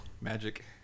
Magic